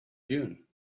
dune